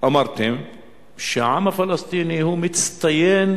אמרתם שהעם הפלסטיני מצטיין